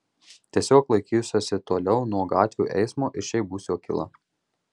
tiesiog laikysiuosi toliau nuo gatvių eismo ir šiaip būsiu akyla